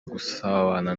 gusabana